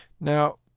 Now